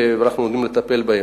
ואנחנו עומדים לטפל בהם.